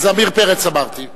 אז עמיר פרץ, אמרתי.